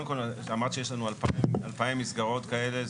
קודם כל, אמרת שיש לנו 2,000 מסגרות כאלה.